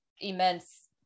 immense